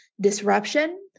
disruption